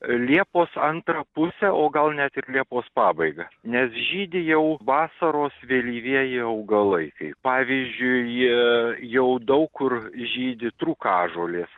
liepos antrą pusę o gal net ir liepos pabaigą nes žydi jau vasaros vėlyvieji augalai kaip pavyzdžiui jie jau daug kur žydi trūkažolės